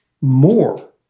more